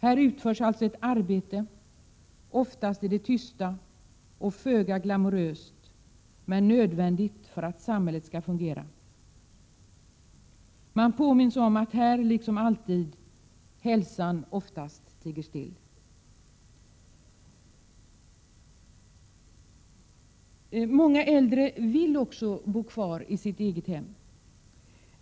Här utförs ett arbete, ofta i det tysta och föga glamoröst, som är nödvändigt för att samhället skall fungera. Man påminns om att här, liksom alltid, hälsan oftast tiger still. Många äldre vill bo kvar i sitt eget hem.